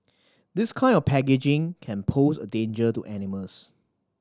this kind of packaging can pose a danger to animals